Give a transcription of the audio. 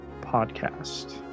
podcast